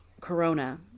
Corona